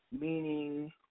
Meaning